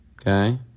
Okay